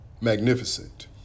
magnificent